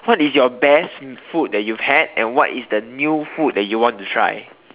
what is your best food that you've had and what is the new food that you want to try